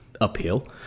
uphill